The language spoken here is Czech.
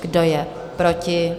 Kdo je proti?